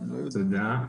תודה.